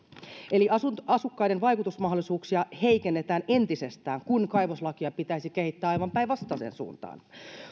eli asukkaiden vaikutusmahdollisuuksia heikennetään entisestään kun kaivoslakia pitäisi kehittää aivan päinvastaiseen suuntaan